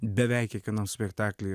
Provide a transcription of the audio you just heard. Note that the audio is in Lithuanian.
beveik kiekvienam spektaklį